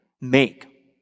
make